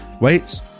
wait